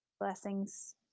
Blessings